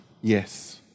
yes